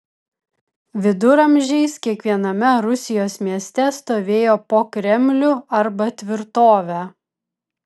viduramžiais kiekviename rusijos mieste stovėjo po kremlių arba tvirtovę